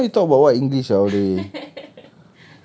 then from just now you talk about what english ah all the way